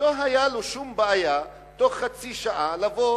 שלא היתה לו שום בעיה תוך חצי שעה לבוא